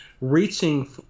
reaching